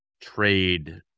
trade